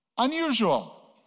unusual